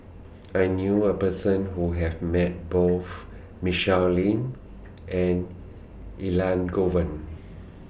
I knew A Person Who Have Met Both Michelle Lim and Elangovan